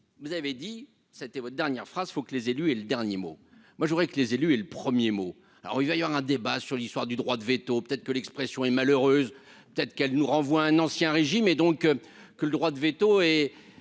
vous avez dit, c'était votre dernière phrase il faut que les élus et le dernier mot, moi je voudrais que les élus et le 1er mot alors il va y avoir un débat sur l'histoire du droit de véto, peut-être que l'expression est malheureuse, peut-être qu'elle nous renvoie un ancien régime et donc que le droit de véto et